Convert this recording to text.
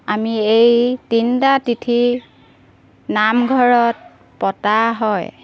আমি এই তিনিটা তিথি নামঘৰত পতা হয়